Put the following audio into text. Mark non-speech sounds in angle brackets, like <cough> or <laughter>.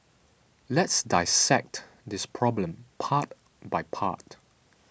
let's dissect this problem part by part <noise>